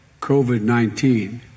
COVID-19